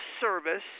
service